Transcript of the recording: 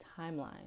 timeline